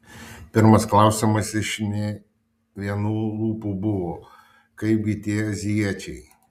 pirmas klausimas iš ne vienų lūpų buvo kaipgi tie azijiečiai